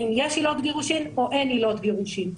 אם יש עילות גירושין או אין עילות גירושין.